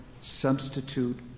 substitute